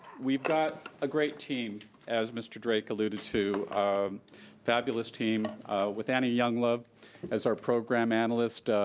we've got a great team as mr. drake alluded to. a fabulous team with annie younglove as our program analyst.